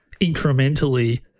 incrementally